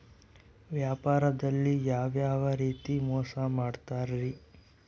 ವ್ಯಾಪಾರದಲ್ಲಿ ಯಾವ್ಯಾವ ರೇತಿ ಮೋಸ ಮಾಡ್ತಾರ್ರಿ?